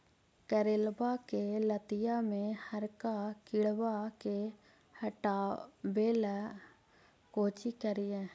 करेलबा के लतिया में हरका किड़बा के हटाबेला कोची करिए?